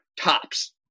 tops